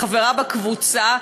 החברה בקבוצה.